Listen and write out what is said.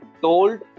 told